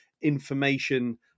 information